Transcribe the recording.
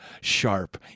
sharp